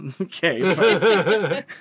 Okay